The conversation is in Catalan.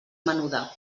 menuda